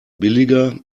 billiger